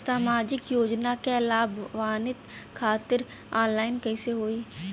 सामाजिक योजना क लाभान्वित खातिर ऑनलाइन कईसे होई?